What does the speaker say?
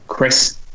Chris